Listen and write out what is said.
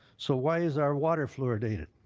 so why is our water fluoridated?